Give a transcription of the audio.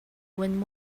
when